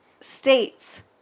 states